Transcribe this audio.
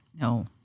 No